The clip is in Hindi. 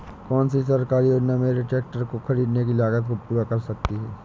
कौन सी सरकारी योजना मेरे ट्रैक्टर को ख़रीदने की लागत को पूरा कर सकती है?